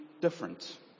different